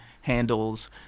handles